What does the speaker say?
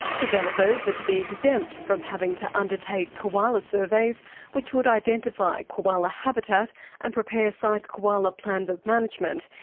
developers are to be exempt from having to undertake koala surveys which would identify koala habitat and prepare site koala plans of management,